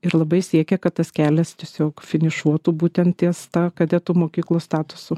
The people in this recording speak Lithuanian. ir labai siekia kad tas kelias tiesiog finišuotų būtent ties ta kadetų mokyklos statusu